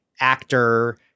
actor